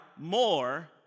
more